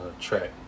track